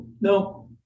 No